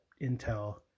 Intel